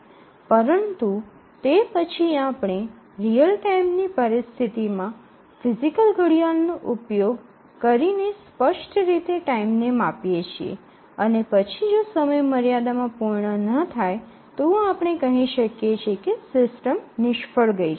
પરંતુ તે પછી આપણે રીઅલ ટાઇમ ની પરિસ્થિતિમાં ફિજિકલ ઘડિયાળનો ઉપયોગ કરીને સ્પષ્ટ રીતે ટાઇમને માપીએ છીએ અને પછી જો સમય મર્યાદામાં પૂર્ણ ન થાય તો આપણે કહી શકીએ છે કે સિસ્ટમ નિષ્ફળ ગઈ છે